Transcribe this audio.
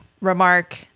remark